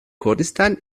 kurdistan